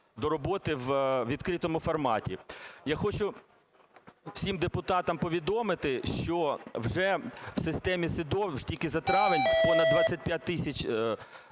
до роботи у відкритому форматі. Я хочу всім депутатам повідомити, що вже в системі СЕДО тільки за травень понад 25 тисяч